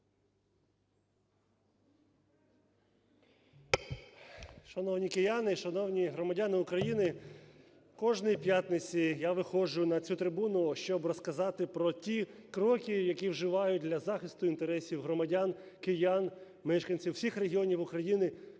Шановні кияни, шановні громадяни України! Кожної п’ятниці я виходжу на цю трибуну, щоб розказати про ті кроки, які вживаю для захисту інтересів громадян, киян, мешканців всіх регіонів України,